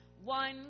One